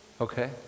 Okay